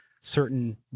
certain